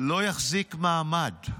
לא נחזיק מעמד.